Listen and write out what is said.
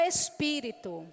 Espírito